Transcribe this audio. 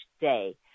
day